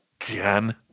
again